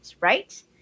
right